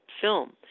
film